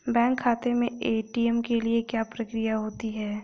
Bank खाते में ATM के लिए क्या प्रक्रिया होती है?